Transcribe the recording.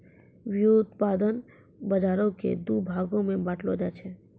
व्युत्पादन बजारो के दु भागो मे बांटलो जाय छै